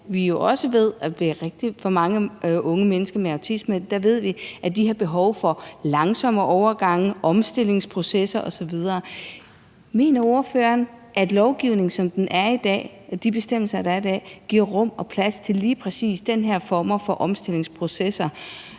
at rigtig mange unge mennesker med autisme har behov for langsomme overgange, omstillingsprocesser osv.? Mener ordføreren, at lovgivningen, som den er i dag, altså de bestemmelser, der er i dag, giver rum og plads til lige præcis de her former for omstillingsprocesser?